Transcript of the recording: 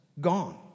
gone